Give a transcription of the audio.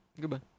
Goodbye